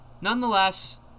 nonetheless